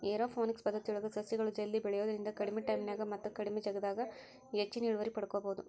aeroponics ಪದ್ದತಿಯೊಳಗ ಸಸಿಗಳು ಜಲ್ದಿ ಬೆಳಿಯೋದ್ರಿಂದ ಕಡಿಮಿ ಟೈಮಿನ್ಯಾಗ ಮತ್ತ ಕಡಿಮಿ ಜಗದಾಗ ಹೆಚ್ಚಿನ ಇಳುವರಿ ಪಡ್ಕೋಬೋದು